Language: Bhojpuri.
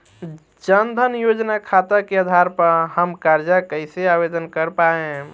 जन धन योजना खाता के आधार पर हम कर्जा कईसे आवेदन कर पाएम?